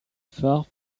phare